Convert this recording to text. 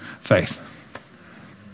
faith